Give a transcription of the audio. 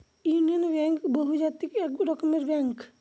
union bank বহুজাতিক এক রকমের ব্যাঙ্ক